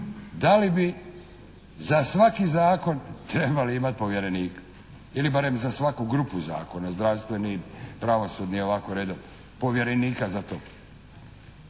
Da li bi za svaki zakon trebali imati povjerenika, ili barem za svaku grupu zakona, zdravstveni, pravosudni, i ovako redom povjerenika za to.